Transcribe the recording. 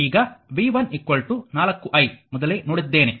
ಈಗ v1 4i ಮೊದಲೇ ನೋಡಿದ್ದೇನೆ